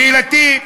שאלתי,